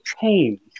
change